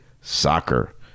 soccer